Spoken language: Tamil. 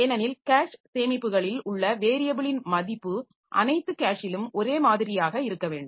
ஏனெனில் கேஷ் சேமிப்புகளில் உள்ள வேரியபிலின் மதிப்பு அனைத்து கேஷிலும் ஒரே மாதிரியாக இருக்க வேண்டும்